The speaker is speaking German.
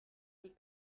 die